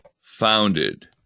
founded